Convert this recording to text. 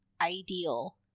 ideal